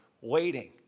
waiting